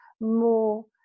more